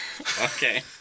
Okay